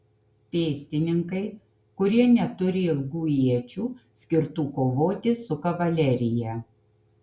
pėstininkai kurie neturi ilgų iečių skirtų kovoti su kavalerija